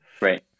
right